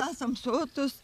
esam sotūs